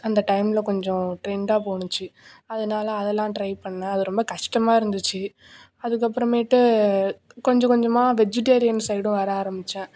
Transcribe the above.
அந்த டைமில் கொஞ்சம் ட்ரண்டாக போச்சி அதனால அதலாம் ட்ரை பண்ணேன் அது ரொம்ப கஷ்டமாக இருந்துச்சு அதுக்கப்பறமேட்டு கொஞ்சம் கொஞ்சமாக அது வெஜிடேரியன் சைடும் வர ஆரம்பிச்சேன்